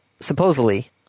supposedly